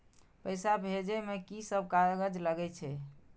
पैसा भेजे में की सब कागज लगे छै?